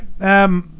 right